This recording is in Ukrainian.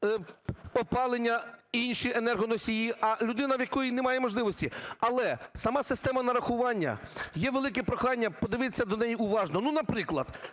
опалення і інші енергоносії, а людина, в якої немає можливості… Але сама система нарахування – є велике прохання подивитися до неї уважно. Ну, наприклад,